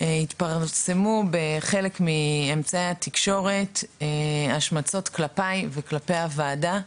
התפרסמו בחלק מאמצעי התקשורת השמצות כלפיי וכלפי הוועדה,